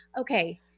okay